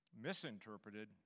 misinterpreted